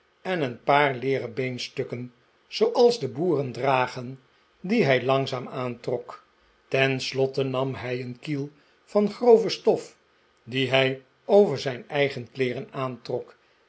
en een paar leeren beenstukken zooals de boeren dragen die hij langzaam aantrok tenslotte nam hij een kiel van grove stof dien hij over zijn eigen kleeren aantrok